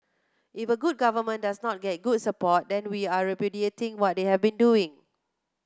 if a good government does not get good support then we are repudiating what they have been doing